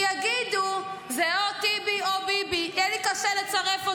אני עובדת על שני אנשים, אחמד טיבי ומשה גפני.